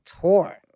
tour